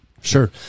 Sure